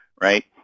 right